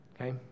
Okay